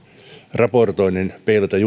raportoinnin peilaten